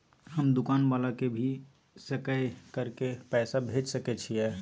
हम दुकान वाला के भी सकय कर के पैसा भेज सके छीयै?